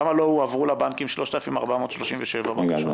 למה לא הועברו לבנקים 3,434 בקשות?